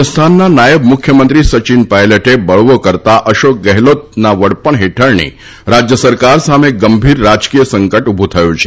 રાજસ્થાનના નાયબ મુખ્યમંત્રી સચીન પાયલટે બળવો કરતા અશોક ગેહલોતના વડપણ હેઠળની રાજ્ય સરકાર સામે ગંભીર રાજકીય સંકટ ઉભું થયું છે